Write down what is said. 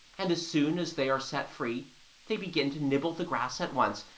and as soon as they are set free they begin to nibble the grass at once,